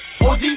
OG